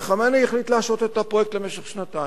וחמינאי החליט להשעות את הפרויקט למשך שנתיים.